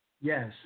Yes